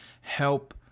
help